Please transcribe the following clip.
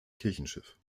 kirchenschiff